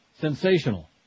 Sensational